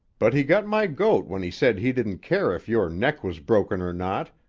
but he got my goat when he said he didn't care if your neck was broken or not,